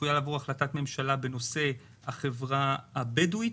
צפויה לעבור החלטת ממשלה בנושא החברה הבדווית.